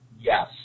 Yes